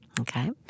Okay